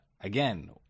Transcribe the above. again